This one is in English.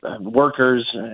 workers